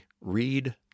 Read